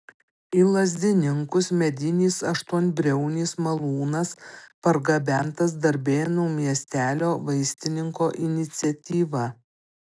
į lazdininkus medinis aštuonbriaunis malūnas pargabentas darbėnų miestelio vaistininko iniciatyva